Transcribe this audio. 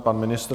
Pan ministr.